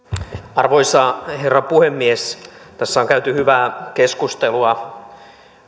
arvoisa herra puhemies tässä on käyty hyvää keskustelua